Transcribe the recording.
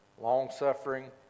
long-suffering